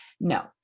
No